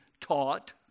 taught